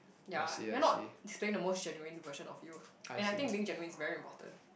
yeah you are not displaying the most genuine version of you and I think being genuine is very important